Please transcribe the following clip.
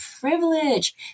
privilege